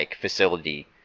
facility